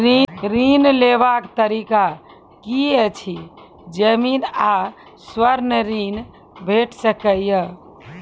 ऋण लेवाक तरीका की ऐछि? जमीन आ स्वर्ण ऋण भेट सकै ये?